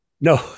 No